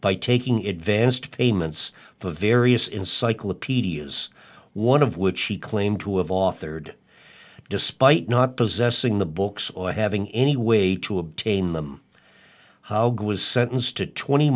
by taking it vans to payments for various encyclopaedias one of which he claimed to have authored despite not possessing the books or having any way to obtain them how good was sentenced to twenty